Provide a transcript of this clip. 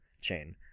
chain